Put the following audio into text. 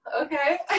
okay